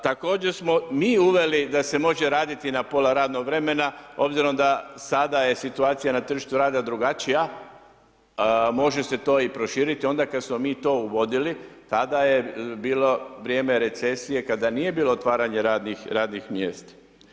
Također smo mi uveli da se može raditi na pola radnog vremena obzirom da sada je situacija na tržištu rada drugačija, može se to i proširiti, onda kada smo mi to uvodili, tada je bilo vrijeme recesije, kada nije bilo otvaranje radnih mjesta.